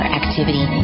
activity